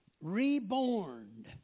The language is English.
Reborn